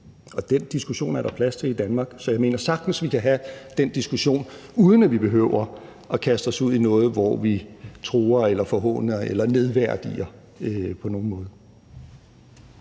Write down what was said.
Den diskussion er der plads til i Danmark. Så jeg mener sagtens, vi kan have den diskussion, uden at vi behøver at kaste os ud i noget, hvor vi truer eller forhåner eller nedværdiger på nogen måde.